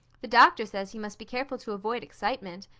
the doctor says he must be careful to avoid excitement.